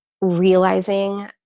Realizing